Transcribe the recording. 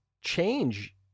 change